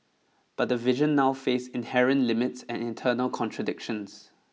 but the vision now face inherent limits and internal contradictions